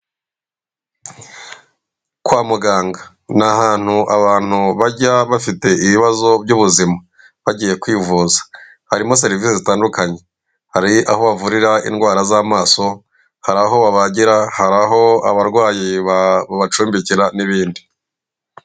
Kwa muganga ni ahantu abantu bajya bafite ibibazo by'ubuzima bagiye kwivuza harimo serivisi zitandukanye hari aho bavurira indwara z'amaso hari aho babagira hari aho abarwayi babacumbikira n'ibindi.